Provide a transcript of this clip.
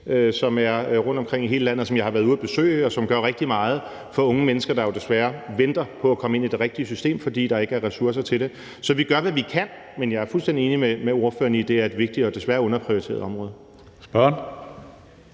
som er rundtomkring i hele landet, og som jeg har været ude at besøge, og som gør rigtig meget for unge mennesker, der jo desværre venter på at komme ind i det rigtige system, fordi der ikke er ressourcer til det. Så vi gør, hvad vi kan, men jeg er fuldstændig enig med ordføreren i, at det er et vigtigt og desværre underprioriteret område.